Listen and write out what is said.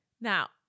Now